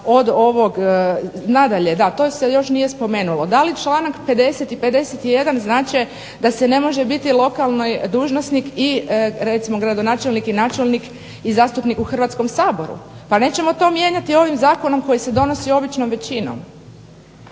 odredaba, nadalje to se još nije spomenulo da li članak 50. i 51. znače da se ne može biti lokalni dužnosnik recimo gradonačelnik i načelnik i zastupnik u Hrvatskom saboru. pa nećemo to mijenjati ovim zakonom koji se donosi običnom većinom.